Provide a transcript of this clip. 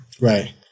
Right